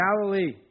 Galilee